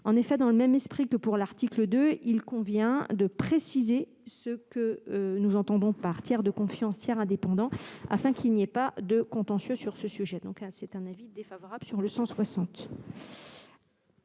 En effet, dans le même esprit qu'à l'article 2, il convient de préciser ce que nous entendons par « tiers de confiance » ou « tiers indépendant », afin qu'il n'y ait pas de contentieux sur le sujet. Quel est l'avis du Gouvernement